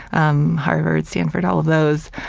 um, harvard, stanford, all of those.